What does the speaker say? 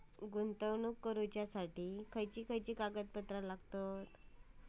गुंतवणूक करण्यासाठी खयची खयची कागदपत्रा लागतात?